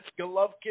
Golovkin